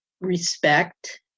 respect